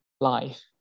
life